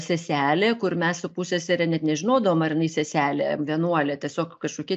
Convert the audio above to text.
seselė kur mes su pussesere net nežinodavom ar jinai seselė ar vienuolė tiesiog kažkokia